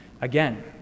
again